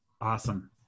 Awesome